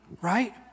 right